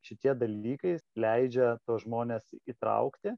šitie dalykai leidžia tuos žmones įtraukti